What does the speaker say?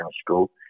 school